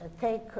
Take